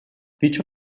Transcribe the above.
dicho